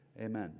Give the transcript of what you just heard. Amen